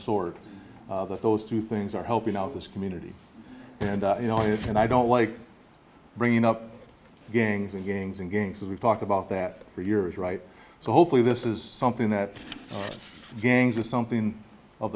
sort that those two things are helping out this community and you know you and i don't like bringing up gangs and gangs and gangs that we talk about that for years right so hopefully this is something that gangs or something of